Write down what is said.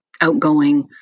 outgoing